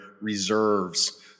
reserves